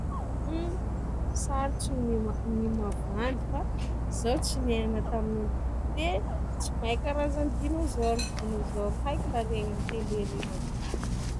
Mh! sarotsy gny hoa- gny mavandy fa zaho tsy niaigna tamin'ny antiquite, tsy mahay karazagny dinôzôro, dinôzôro haiko lahy regny amin'ny tele regny avao.